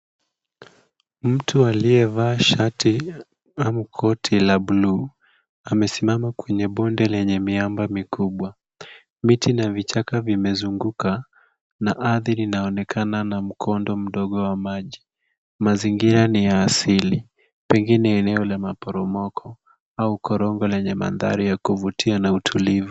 Mtu aliyevaa shati ama koti la bluu amesimama kwenye bonde lenye miamba mikubwa. Miti na vichaka vimezunguka na ardhi linaonekana na mkondo mdogo wa maji. Mazingira ni ya asili, pengine eneo la maporomoko au korongo lenye mandhari ya kuvutia na utulivu.